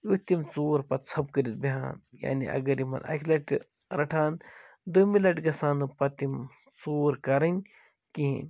یُتھ تِم ژوٗر پَتہٕ ژھۅپہٕ کٔرِتھ بیٚہان یعنی اگر یِمَن اکہِ لَٹہٕ تہِ رَٹہان دوٚیمہِ لَٹہِ گَژھان نہٕ پَتہٕ تِم ژوٗر کَرٕنۍ کِہیٖنٛۍ